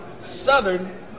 southern